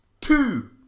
two